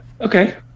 Okay